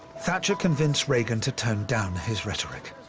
thatcher convinced reagan to tone down his rhetoric.